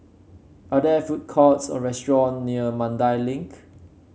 are there food courts or restaurant near Mandai Link